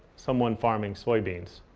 someone farming soybeans.